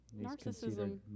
Narcissism